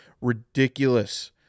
ridiculous